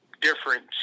different